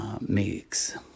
mix